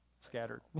scattered